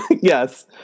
yes